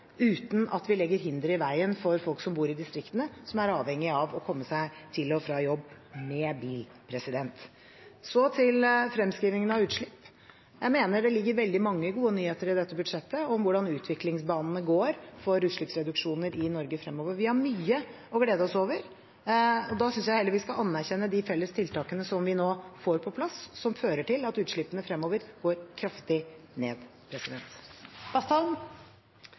uten at vi legger hindre i veien for folk som bor i distriktene, og som er avhengige av å komme seg til og fra jobb med bil. Så til fremskrivingen av utslipp. Jeg mener det ligger veldig mange gode nyheter i dette budsjettet om hvordan utviklingsbanene går for utslippsreduksjoner i Norge fremover. Vi har mye å glede oss over. Da synes jeg heller vi skal anerkjenne de felles tiltakene vi nå får på plass som fører til at utslippene fremover går kraftig ned.